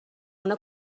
una